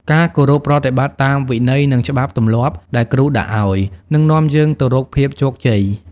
ការគោរពប្រតិបត្តិតាមវិន័យ និងច្បាប់ទម្លាប់ដែលគ្រូដាក់ឱ្យ នឹងនាំយើងទៅរកភាពជោគជ័យ។